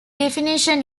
definition